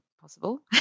possible